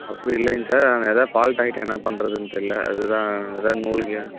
அப்படி இல்லைங்க சார் ஆனால் எதா ஃபால்ட் ஆயிட்டா என்ன பண்ணுறதுன்னு தெரில அது தான் எதா நூல்க